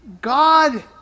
God